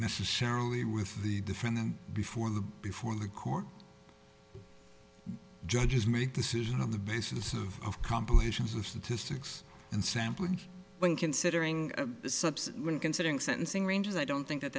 necessarily with the the from the before the before court judges make decisions on the basis of of compilations of statistics and sampling when considering a subset when considering sentencing ranges i don't think that